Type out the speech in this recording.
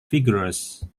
vigorous